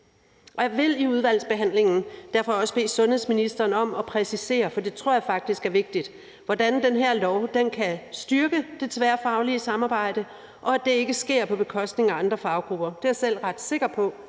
og jeg vil i udvalgsbehandlingen derfor også bede sundhedsministeren om at præcisere, for det tror jeg faktisk er vigtigt, hvordan den her lov kan styrke det tværfaglige samarbejde, i forhold til at det ikke sker på bekostning af andre faggrupper. Det er jeg selv ret sikker på